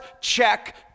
check